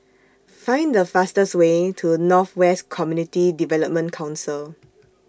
Find The fastest Way to North West Community Development Council